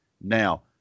Now